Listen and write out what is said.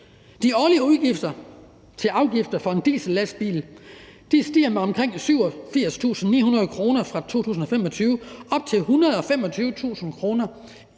De årlige udgifter til afgifter for en diesellastbil stiger til omkring 87.900 kr. fra 2025 op til 125.000 kr.,